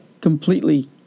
completely